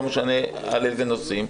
לא משנה באיזה נושאים,